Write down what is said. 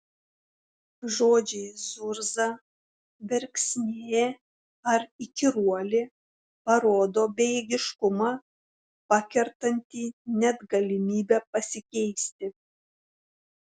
žodžiai zurza verksnė ar įkyruolė parodo bejėgiškumą pakertantį net galimybę pasikeisti